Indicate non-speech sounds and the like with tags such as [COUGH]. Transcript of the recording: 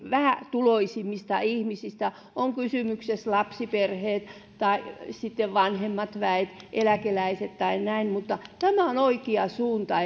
vähätuloisimmista ihmisistä on kysymyksessä lapsiperheet tai sitten vanhemmat väet eläkeläiset tai näin mutta tämä on oikea suunta [UNINTELLIGIBLE]